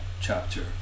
chapter